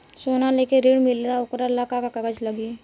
सोना लेके ऋण मिलेला वोकरा ला का कागज लागी?